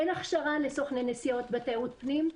אין הכשרה לסוכני נסיעות בתיירות פנים,